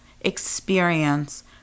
experience